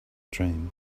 dream